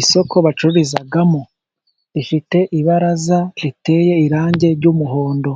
Isoko bacururizamo, rifite ibaraza riteye, irangi ry'umuhondo